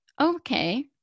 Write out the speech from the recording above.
okay